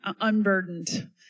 unburdened